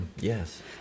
Yes